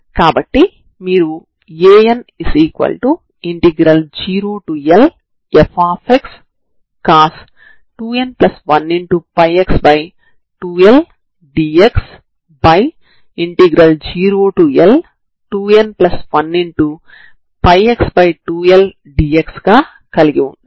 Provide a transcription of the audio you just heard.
కాబట్టి మీరు ఎడమచేతి వైపున u2 00u2 00 ని కలిగి ఉంటారు